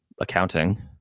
accounting